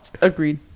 Agreed